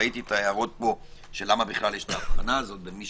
וראיתי את ההערות של למה יש ההבחנה בין מי